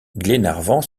glenarvan